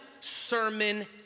sermon